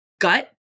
gut